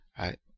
right